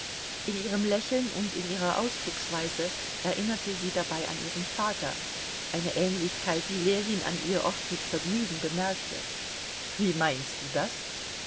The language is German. in ihrem lächeln und in ihrer ausdrucksweise erinnerte sie dabei an ihren vater eine ähnlichkeit die ljewin an ihr oft mit vergnügen bemerkte wie meinst du das